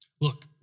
Look